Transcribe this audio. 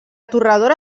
torradora